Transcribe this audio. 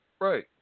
Right